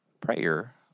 Prayer